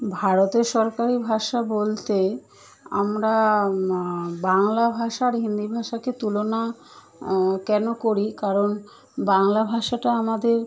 ভারতের সরকারি ভাষা বলতে আমরা বাংলা ভাষা আর হিন্দি ভাষাকে তুলনা কেন করি কারণ বাংলা ভাষাটা আমাদের